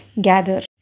gather